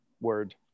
word